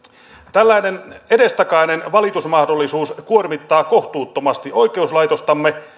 tällainen edestakainen valitusmahdollisuus kuormittaa kohtuuttomasti oikeuslaitostamme